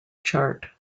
chart